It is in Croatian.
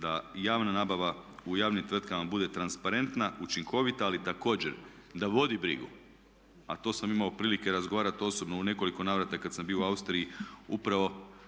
da javna nabava u javnim tvrtkama bude transparentna, učinkovita ali također da vodi brigu. A to sam imao prilike razgovarati osobno u nekoliko navrata kad sam bio u Austriji upravo